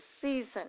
season